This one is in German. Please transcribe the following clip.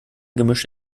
gemisch